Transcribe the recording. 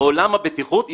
עולם הבטיחות השתנה.